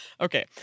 Okay